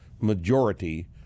majority